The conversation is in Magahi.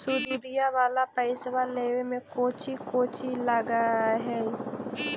सुदिया वाला पैसबा लेबे में कोची कोची लगहय?